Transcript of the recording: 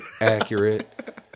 accurate